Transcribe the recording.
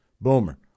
Boomer